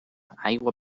aigua